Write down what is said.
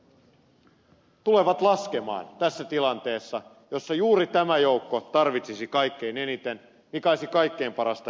ne tulevat laskemaan tässä tilanteessa jossa juuri tämä joukko tarvitsisi kaikkein eniten mikä olisi kaikkein parasta elvyttämistä